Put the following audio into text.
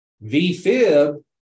V-fib